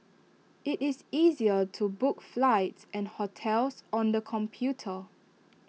IT is easier to book flights and hotels on the computer